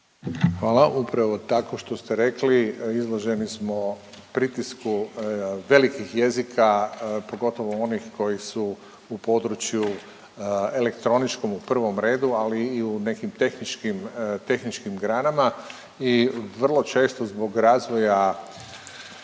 Hvala. Upravo tako što ste rekli. Izloženi smo pritisku velikih jezika, pogotovo onih koji su u području elektroničkom u prvom redu, ali i u nekim tehničkim, tehničkim granama i vrlo često zbog razvoja